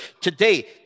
today